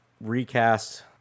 recast